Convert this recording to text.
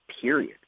period